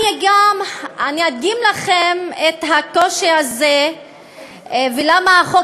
אני גם אדגים לכם את הקושי הזה ולמה החוק